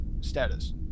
status